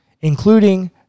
including